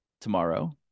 tomorrow